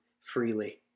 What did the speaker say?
freely